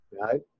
right